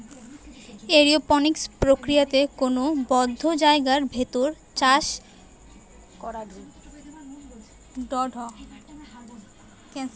aeroponics প্রক্রিয়াতে কোনো বদ্ধ জায়গার ভেতর চাষ করাঢু সম্ভব তাই ইটা স্পেস এ করতিছে